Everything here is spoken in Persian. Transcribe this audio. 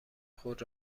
خود